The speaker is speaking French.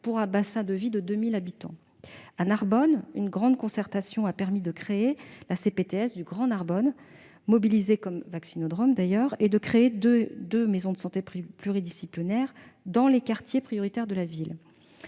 pour un bassin de vie de 2 000 habitants. À Narbonne, une grande concertation a permis de créer la CPTS du Grand Narbonne, qui a été mobilisée, je le précise, comme vaccinodrome, ainsi que deux maisons de santé pluridisciplinaires dans les quartiers prioritaires de la